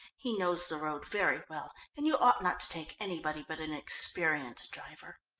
he knows the road very well and you ought not to take anybody but an experienced driver.